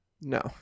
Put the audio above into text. no